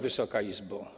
Wysoka Izbo!